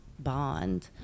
bond